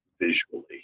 visually